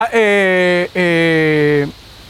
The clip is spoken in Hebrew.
אה...